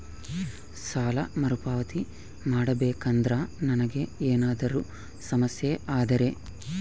ಸಾಲ ಮರುಪಾವತಿ ಮಾಡಬೇಕಂದ್ರ ನನಗೆ ಏನಾದರೂ ಸಮಸ್ಯೆ ಆದರೆ?